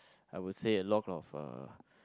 I would say a lot of uh